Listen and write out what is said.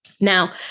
Now